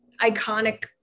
iconic